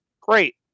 Great